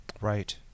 Right